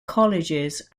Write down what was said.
colleges